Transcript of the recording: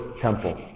Temple